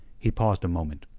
he paused a moment.